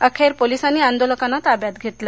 अखेर पोलिसांनी आंदोलकांना ताब्यात घेतलं